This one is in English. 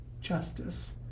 justice